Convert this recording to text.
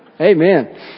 Amen